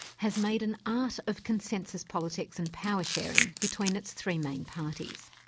has made an art of consensus politics and power-sharing between its three main parties.